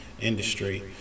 industry